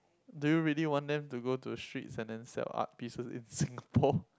do you really want them to go the streets and then sell art pieces in Singapore